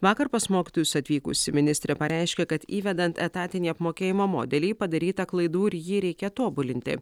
vakar pas mokytojus atvykusi ministrė pareiškė kad įvedant etatinį apmokėjimo modelį padaryta klaidų ir jį reikia tobulinti